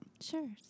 Sure